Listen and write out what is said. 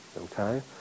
Okay